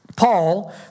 Paul